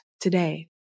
today